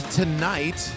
tonight